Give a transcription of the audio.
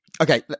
Okay